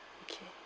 okay